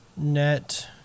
Net